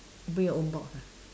bring your own box ah